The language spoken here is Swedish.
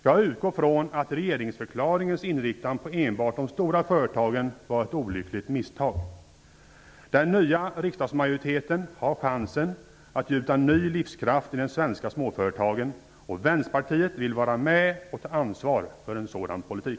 Jag utgår från att regeringsförklaringens inriktning på enbart de stora företagen var ett olyckligt misstag. Den nya riksdagsmajoriteten har chansen att gjuta ny livskraft i de svenska småföretagen. Vänsterpartiet vill vara med och ta ansvar för en sådan politik.